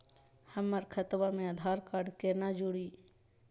हमर खतवा मे आधार कार्ड केना जुड़ी?